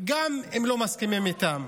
גם אם לא מסכימים איתם.